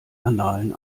annalen